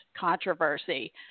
controversy